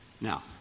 Now